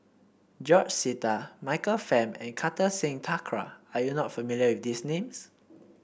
George Sita Michael Fam and Kartar Singh Thakral are you not familiar with these names